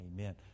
amen